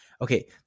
okay